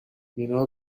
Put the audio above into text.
اینا